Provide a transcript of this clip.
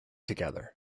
together